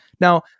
Now